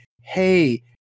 hey